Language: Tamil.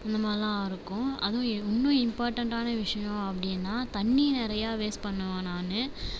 இந்த மாதிரிலாம் இருக்கும் அது இன்னும் இம்பார்ட்டன்ட்டான விஷயம் அப்படின்னா தண்ணி நிறையா வேஸ்ட் பண்ணுவேன் நான்